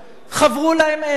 חברו להם אלה